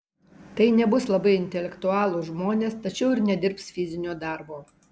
tai nebus labai intelektualūs žmonės tačiau ir nedirbs fizinio darbo